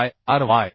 bye Ry